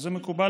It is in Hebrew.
זה מקובל,